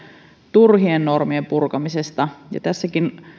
turhien normien purkamisesta tässäkin